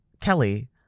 Kelly